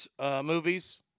movies